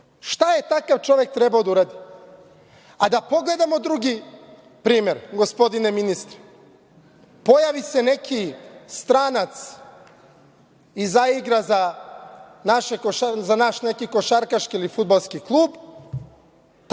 Šta je takav čovek trebao da uradi? Da pogledamo drugi primer, gospodine ministre, pojavi se neki stranac i zaigra za naš neki košarkaški ili fudbalski klub,